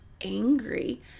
angry